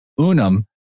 Unum